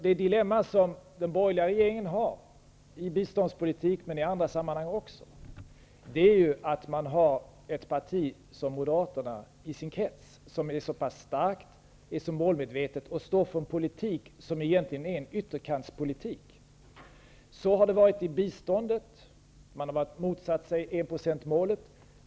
Det dilemma som den borgerliga regeringen har i biståndspolitiken, men också i andra sammanhang, är att den har ett parti som Moderaterna som är så pass starkt, så målmedvetet och står för en politik som egentligen är en ''ytterkantspolitik'' i sin krets. Så har det varit inom biståndet. Man har motsatt sig enprocentsmålet.